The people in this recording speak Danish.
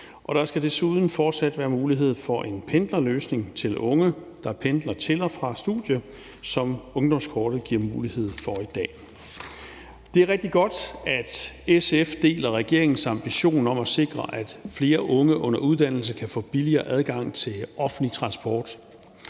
der desuden fortsat skal være mulighed for en pendlerløsning til unge, der pendler til og fra studiet, som ungdomskortet giver mulighed for i dag. Det er rigtig godt, at SF deler regeringens ambition om at sikre, at flere unge under uddannelse kan få billigere adgang til offentlig transport.